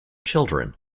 children